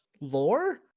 lore